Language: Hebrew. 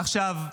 עכשיו,